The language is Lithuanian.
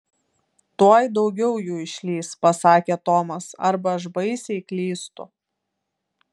tuoj daugiau jų išlįs pasakė tomas arba aš baisiai klystu